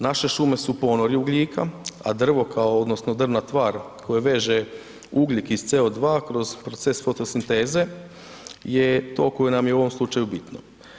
Naše šume su ponori ugljika, a drvo kao odnosno drvna tvar koje veže ugljik iz CO2 kroz proces fotosinteze je to koji nam je u ovom slučaju bitno.